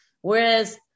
Whereas